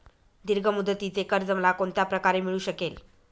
दीर्घ मुदतीचे कर्ज मला कोणत्या प्रकारे मिळू शकेल?